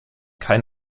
kein